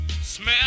Smell